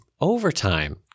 overtime